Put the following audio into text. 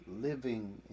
living